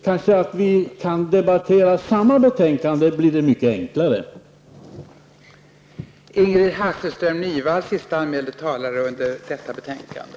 Kanske vi kunde debattera samma betänkande, för då blir det mycket enklare.